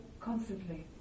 constantly